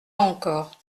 encore